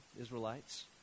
Israelites